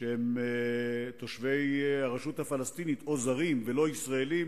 שהם תושבי הרשות הפלסטינית או זרים ולא ישראלים.